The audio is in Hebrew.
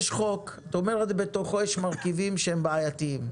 יש הצעת חוק ובתוכה את אומרת שיש מרכיבים שהם בעייתיים.